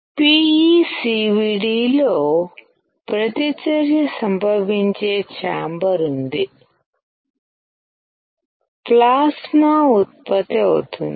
PECVD PECVD లో ప్రతిచర్య సంభవించే ఛాంబర్ ఉంది ప్లాస్మా ఉత్పత్తి అవుతుంది